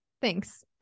thanks